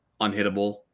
unhittable